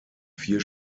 vier